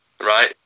Right